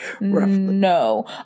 no